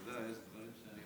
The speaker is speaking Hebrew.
אתה יודע, יש דברים שאני